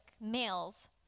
males